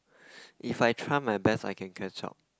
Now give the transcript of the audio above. if I try my best I can catch up